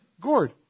Gord